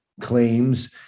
claims